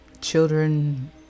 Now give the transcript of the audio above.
Children